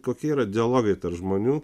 kokie yra dialogai tarp žmonių